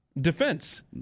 defense